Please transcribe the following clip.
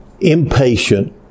impatient